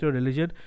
religion